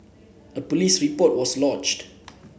a police report was lodged